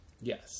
Yes